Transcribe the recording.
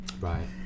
Right